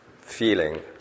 feeling